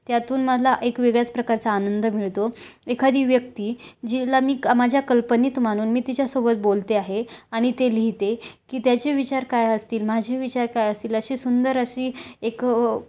त्यातून मला एक वेगळ्याच प्रकारचा आनंद मिळतो एखादी व्यक्ती जिला मी क माझ्या कल्पनेत मानून मी तिच्यासोबत बोलते आहे आणि ते लिहिते की त्याचे विचार काय असतील माझे विचार काय असतील अशी सुंदर अशी एक